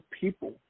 people